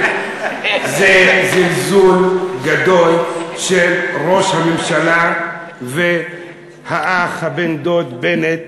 זה זלזול גדול של ראש הממשלה והאח הבן-דוד בנט